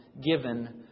given